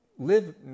live